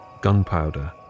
gunpowder